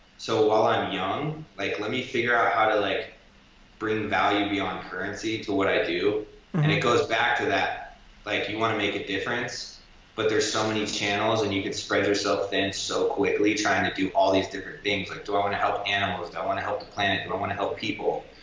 so while i'm young like let me figure out how to like bring value beyond currency to what i do. and it goes back to that like, you wanna make a difference but there's so many channels and you could spread yourself thin so quickly trying to do all these different things like do i wanna help animals? do i wanna help the planet? do i wanna help people?